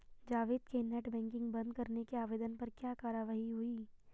जावेद के net banking बंद करने के आवेदन पर क्या कार्यवाही हुई?